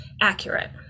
accurate